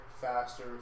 faster